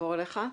נעבור אליך.